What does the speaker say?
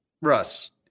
russ